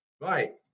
right